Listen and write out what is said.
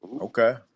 Okay